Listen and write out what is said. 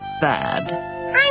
bad